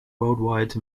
worldwide